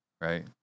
Right